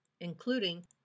including